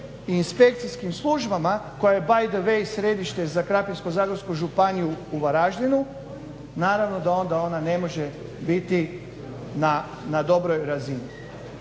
inspekcijskim službama koja je by the way središte za Krapinsko-zagorsku županiju u Varaždinu naravno da onda ona ne može biti na dobroj razini.